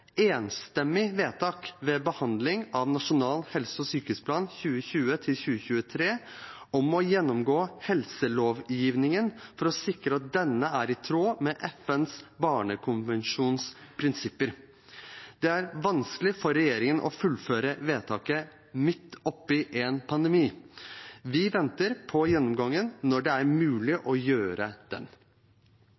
enstemmig vedtak ved behandling av Nasjonal helse- og sykehusplan 2020–2023, om å gjennomgå helselovgivningen for å sikre at denne er i tråd med FNs barnekonvensjons prinsipper. Det er vanskelig for regjeringen å fullføre vedtaket midt oppe i en pandemi. Vi venter på gjennomgangen når det er mulig